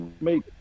make